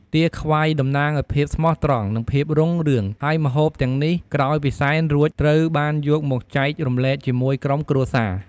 ទាខ្វៃតំណាងឱ្យភាពស្មោះត្រង់ និងភាពរុងរឿង ហើយម្ហូបទាំងនេះក្រោយពីសែនរួច ត្រូវបានយកមកចែករំលែកជាមួយក្រុមគ្រួសារ។